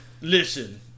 listen